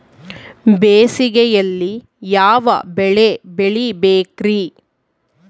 ಬೇಸಿಗೆಯಲ್ಲಿ ಯಾವ ಬೆಳೆ ಬೆಳಿಬೇಕ್ರಿ?